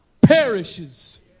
perishes